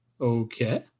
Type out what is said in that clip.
okay